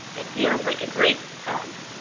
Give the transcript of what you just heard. it feels like a great hug.